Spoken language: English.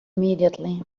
immediately